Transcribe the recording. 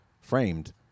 framed